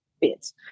bits